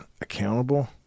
accountable